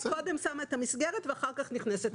קודם שמה את המסגרת ואחר כך נכנסת למהות.